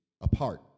apart